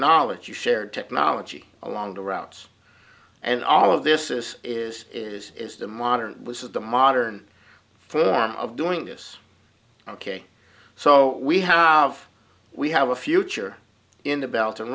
knowledge you shared technology along the routes and all of this is is is is the modern which is the modern form of doing this ok so we have we have a future in the belt and